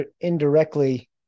indirectly